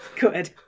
Good